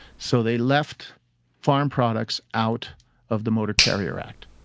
so they left farm products out of the motor carrier act.